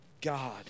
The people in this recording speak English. God